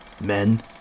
Men